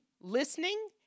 listening